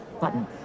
button